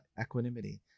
equanimity